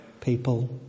people